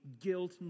Guilt